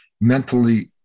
mentally